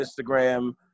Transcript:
Instagram